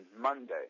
Monday